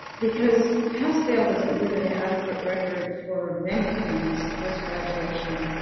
because pass fail doesn't give an adequate record for many things post graduation